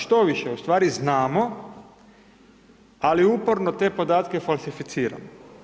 Štoviše, ustvari znamo, ali uporno te podatke falsificiramo.